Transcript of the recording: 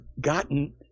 gotten